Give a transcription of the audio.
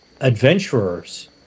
adventurers